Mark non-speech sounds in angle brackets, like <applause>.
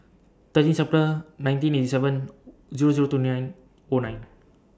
thirteen <unintelligible> nineteen eighty seven Zero Zero two nine O nine